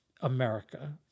America